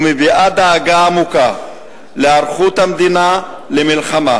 ומביעה דאגה עמוקה להיערכות המדינה למלחמה